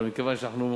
אבל מכיוון שאנחנו